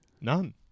None